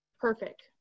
Perfect